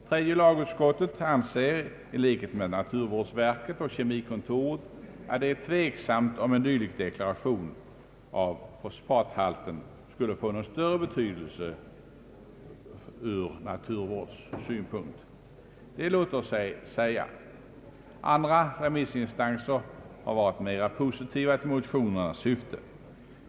Tredje lagutskottet anser i likhet med naturvårdsverket och kemikontoret att det är tveksamt om en dylik deklaration av fosfathalten skulle få någon större betydelse ur naturvårdssynpunkt. Det låter sig säga. Andra remissinstanser har varit mera positiva till motionernas syfte.